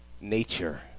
nature